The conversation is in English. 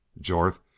Jorth